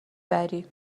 بری